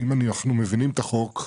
אנחנו מבינים את החוק.